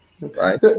right